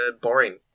boring